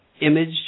image